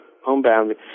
homebound